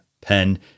pen